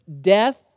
death